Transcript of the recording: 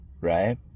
Right